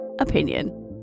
opinion